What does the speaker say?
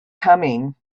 coming